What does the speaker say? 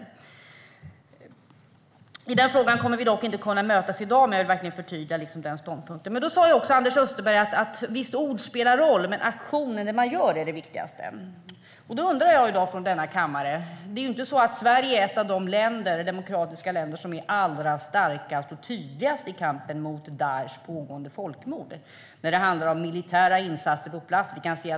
Vi kommer inte att kunna mötas i denna fråga i dag, men jag vill verkligen förtydliga denna ståndpunkt. Anders Österberg sa att ord spelar roll men att det man gör är det viktigaste. Sverige är inte ett av de demokratiska länder som är allra starkast och tydligast i kampen mot Daishs pågående folkmord när det gäller militära insatser på plats.